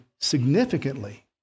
significantly